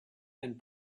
and